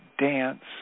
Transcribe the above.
dance